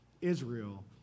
Israel